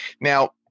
Now